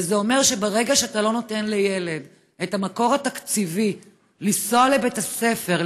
וזה אומר שברגע שאתה לא נותן לילד את המקור התקציבי לנסוע לבית הספר,